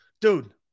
dude